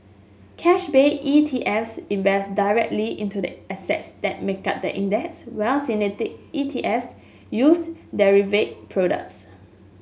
cash based ETFs invest directly into the assets that make up the index while synthetic ETFs use derivative products